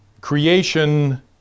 creation